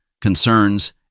concerns